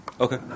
Okay